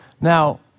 Now